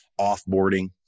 offboarding